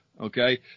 okay